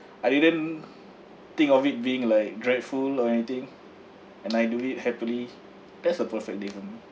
I didn't think of it being like dreadful or anything and I do it happily that's a perfect day for me